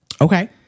Okay